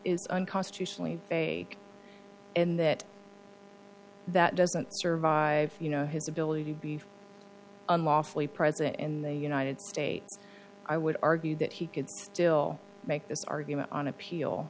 is unconstitutionally vague in that that doesn't survive you know his ability to be unlawfully present in the united states i would argue that he could still make this argument on appeal